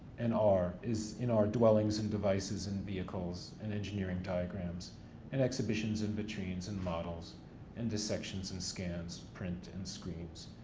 and are is in our dwellings and devices and vehicles and engineering diagrams and exhibitions and vitrines and models and dissections and scans, print and screens,